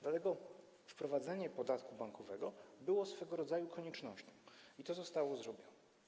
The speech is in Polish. Dlatego wprowadzenie podatku bankowego było swego rodzaju koniecznością i to zostało zrobione.